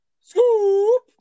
scoop